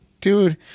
Dude